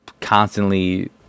constantly